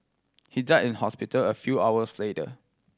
he died in hospital a few hours later